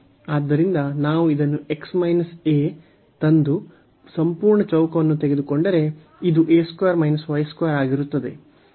ಆದ್ದರಿಂದ ನಾವು ಇದನ್ನು ತಂದು ಸಂಪೂರ್ಣ ಚೌಕವನ್ನು ತೆಗೆದುಕೊಂಡರೆ ಇದು ಆಗಿರುತ್ತದೆ